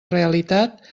realitat